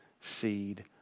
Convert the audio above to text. seed